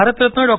Bharat Ratna Dr